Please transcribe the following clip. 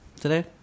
today